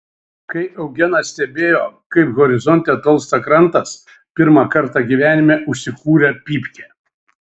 kai eugenas stebėjo kaip horizonte tolsta krantas pirmą kartą gyvenime užsikūrė pypkę